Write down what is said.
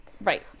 Right